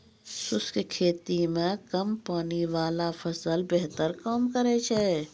शुष्क खेती मे कम पानी वाला फसल बेहतर काम करै छै